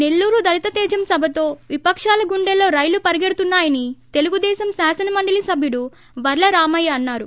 నెల్లూరు దళితతేజం సభతో విపకాల గుండెల్లో రైళ్లు పరుగెడుతున్నాయని తెలుగు దేశం శాసనమండలి సభ్యుడు వర్ల రామయ్య అన్నారు